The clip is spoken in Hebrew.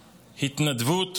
הטרומית,